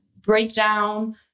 breakdown